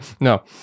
no